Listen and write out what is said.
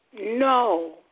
No